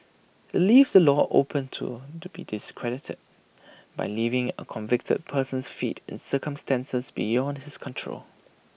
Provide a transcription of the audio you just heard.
IT leaves the law open to to be discredited by leaving A convicted person's fate in circumstances beyond his control